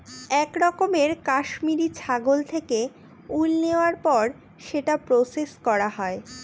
এক রকমের কাশ্মিরী ছাগল থেকে উল নেওয়ার পর সেটা প্রসেস করা হয়